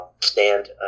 stand